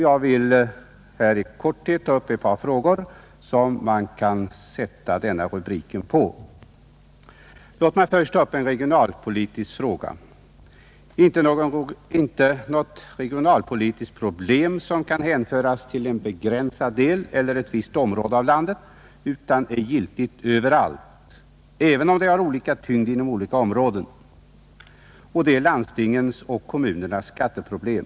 Jag vill i korthet ta upp ett par frågor, som kan föras in under denna rubrik. Låt mig först ta upp en regionalpolitisk fråga. Det gäller inte något regionalpolitiskt problem, som kan hänföras till en begränsad del eller ett visst område av landet utan det är giltigt överallt, även om det har olika tyngd inom olika områden. Vad jag tänker på är landstingens och kommunernas skatteproblem.